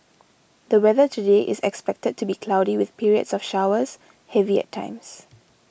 the weather today is expected to be cloudy with periods of showers heavy at times